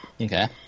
Okay